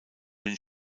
den